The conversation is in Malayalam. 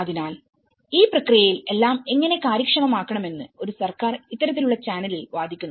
അതിനാൽ ഈ പ്രക്രിയയിൽ എല്ലാം എങ്ങനെ കാര്യക്ഷമമാക്കണമെന്ന് ഒരു സർക്കാർ ഇത്തരത്തിലുള്ള ചാനലിൽ വാദിക്കുന്നു